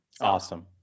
Awesome